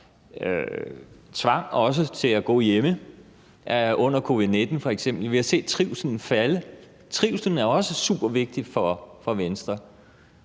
til at gå hjemme under covid-19. Vi har set trivslen falde. Trivslen er også super vigtig for Venstre.